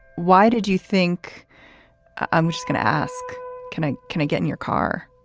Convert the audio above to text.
why did you think i'm just going to ask can i can i get in your car?